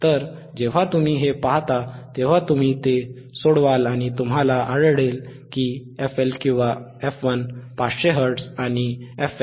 तर जेव्हा तुम्ही हे पाहता तेव्हा तुम्ही ते सोडवाल आणि तुम्हाला आढळेल की fL किंवा f1 500 हर्ट्झ आहे आणि fH किंवा f2 1